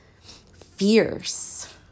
fierce